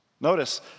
Notice